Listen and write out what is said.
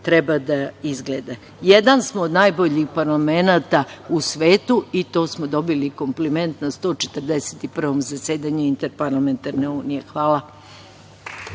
treba da izgleda. Jedan smo, od najboljih parlamenata u svetu i to smo dobili kompliment na 141. zasedanju Interparlamentarne unije. Hvala.